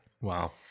Wow